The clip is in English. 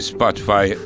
Spotify